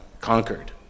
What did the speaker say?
conquered